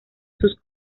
sus